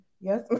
Yes